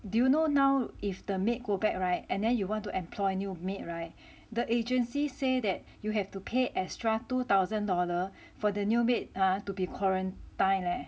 do you know now if the maid go back [right] and then you want to employ new maid [right] the agency say that you have to pay extra two thousand dollar for the new maid to quarantined leh